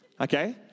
okay